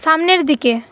সামনের দিকে